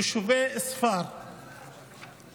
יישובי ספר שזכאים